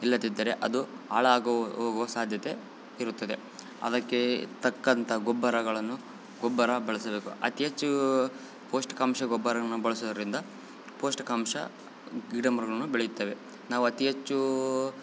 ಇಲ್ಲದಿದ್ದರೆ ಅದು ಹಾಳಾಗಿ ಹೋಗುವ ಸಾಧ್ಯತೆ ಇರುತ್ತದೆ ಅದಕ್ಕೆ ತಕ್ಕಂಥ ಗೊಬ್ಬರಗಳನ್ನು ಗೊಬ್ಬರ ಬಳಸಬೇಕು ಅತೀ ಹೆಚ್ಚು ಪೌಷ್ಠಿಕಾಂಶ ಗೊಬ್ಬರನ್ನು ಬಳಸೋದರಿಂದ ಪೌಷ್ಠಿಕಾಂಶ ಗಿಡ ಮರಗಳನ್ನು ಬೆಳೆಯುತ್ತವೆ ನಾವು ಅತೀ ಹೆಚ್ಚು